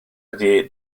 ydy